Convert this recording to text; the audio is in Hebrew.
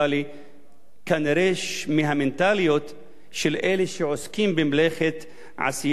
של המנטליות של אלה שעוסקים במלאכת עשיית האלימות במדינת ישראל.